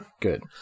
good